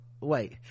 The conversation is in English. wait